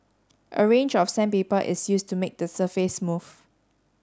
a range of sandpaper is used to make the surface smooth